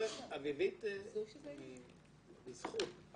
אביבית מ"בזכות",